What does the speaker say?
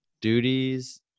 Duties